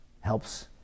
helps